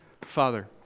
Father